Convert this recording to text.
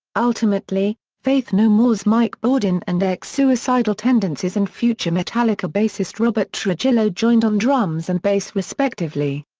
ultimately, faith no more's mike bordin and ex-suicidal tendencies and future metallica bassist robert trujillo joined on drums and bass respectively.